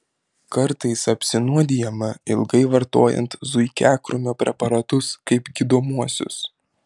kartais apsinuodijama ilgai vartojant zuikiakrūmio preparatus kaip gydomuosius